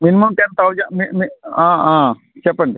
minimum ten thousand మి మి చెప్పండి